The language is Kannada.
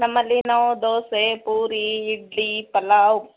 ನಮ್ಮಲ್ಲಿ ನಾವು ದೋಸೆ ಪೂರಿ ಇಡ್ಲಿ ಪಲಾವ್